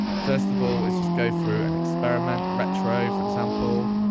first of all is just go through and experiment, retro for example,